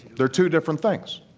they're two different things.